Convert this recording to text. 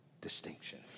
distinction